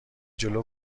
جلو